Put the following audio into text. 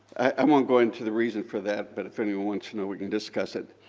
i won't go into the reason for that, but if anyone wants to know, we can discuss it.